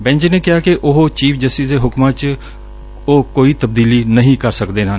bench ਨੇ ਕਿਹਾ ਕਿ ਉਹ ਚੀਫ਼ ਜਸਟਿਸ ਦੇ ਹੁਕਮਾਂ ਚ ਅਸੀਂ ਕੋਈ ਤਬਦੀਲੀ ਨਹੀਂ ਕਰ ਸਕਦੇ ਹਾਂ